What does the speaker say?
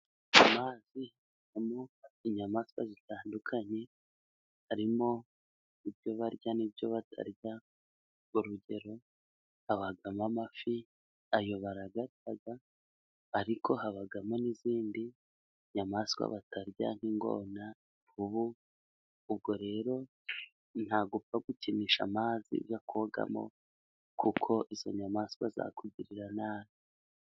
Amazi harimo inyamanswa zitandukanye, harimo ibyo barya, nibyo batarya, urugero habamo amafi ayo barayarya, ariko habamo n'izindi nyamanswa batarya nk'ingona, ubu ubwo rero ntagupfa gukinisha amazi yokogamo, kuko izo nyamanswa, zakugirira nabi.